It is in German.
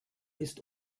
ist